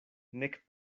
nek